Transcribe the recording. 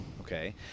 okay